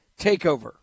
takeover